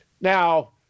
Now